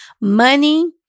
money